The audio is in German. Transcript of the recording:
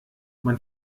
man